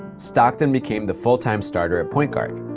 stockton became the full-time starting point guard.